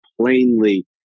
plainly